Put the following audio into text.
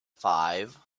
five